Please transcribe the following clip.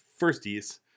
firsties